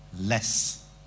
less